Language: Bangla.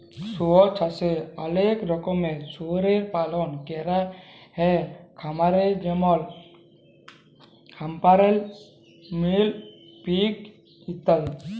শুয়র চাষে অলেক রকমের শুয়রের পালল ক্যরা হ্যয় খামারে যেমল হ্যাম্পশায়ার, মিলি পিগ ইত্যাদি